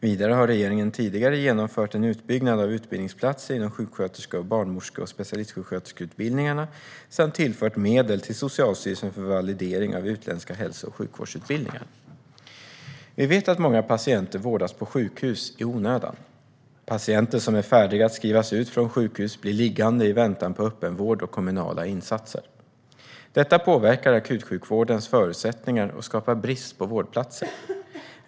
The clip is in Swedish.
Vidare har regeringen tidigare genomfört en utbyggnad av utbildningsplatser inom sjuksköterske-, barnmorske och specialistsjuksköterskeutbildningarna samt tillfört medel till Socialstyrelsen för validering av utländska hälso och sjukvårdsutbildningar. Vi vet att många patienter vårdas på sjukhus i onödan. Patienter som är färdiga att skrivas ut från sjukhus blir liggande i väntan på öppenvård och kommunala insatser. Detta påverkar akutsjukvårdens förutsättningar och skapar brist på vårdplatser.